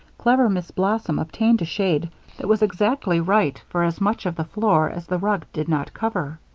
clever miss blossom obtained a shade that was exactly right for as much of the floor as the rug did not cover.